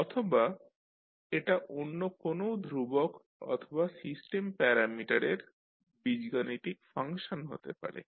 অথবা এটা অন্য কোনও ধ্রবক অথবা সিস্টেম প্যারামিটারের বীজগাণিতিক ফাংশন হতে পারে